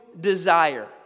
desire